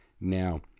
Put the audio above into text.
Now